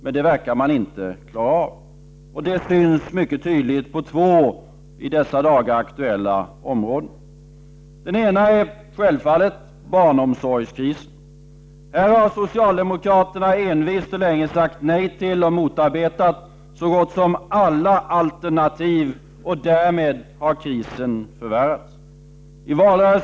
Men det verkar man inte klara av. Det syns mycket tydligt på två områden som är aktuella i dessa dagar. Det ena är barnomsorgskrisen. Socialdemokraterna har envist och länge sagt nej till och motarbetat så gott som alla alternativ, och därmed har krisen förvärrats.